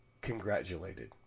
congratulated